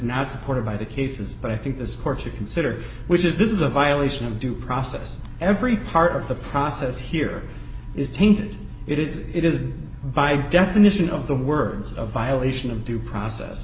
not supported by the cases but i think this court you consider which is this is a violation of due process every part of the process here is tainted it is it is by definition of the words of violation of due process